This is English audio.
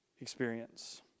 experience